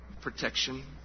protection